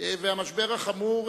והמשבר החמור,